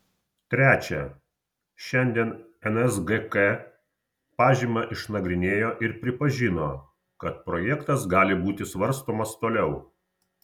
trečia šiandien nsgk pažymą išnagrinėjo ir pripažino kad projektas gali būti svarstomas toliau